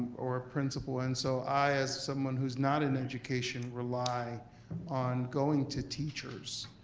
or principal. and so i, as someone who's not in education, rely on going to teachers.